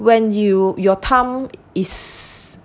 when you your time is